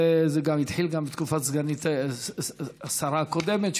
זה התחיל גם בתקופת השרה הקודמת,